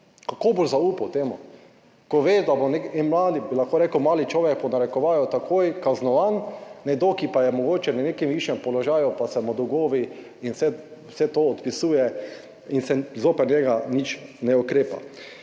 Kako boš zaupal temu? Ko ve, da bo neki, en mladi, bi lahko rekel mali človek v narekovaju, takoj kaznovan, nekdo, ki pa je mogoče na nekem višjem položaju, pa se mu dolgovi in se, vse to odpisuje in se zoper njega nič ne ukrepa.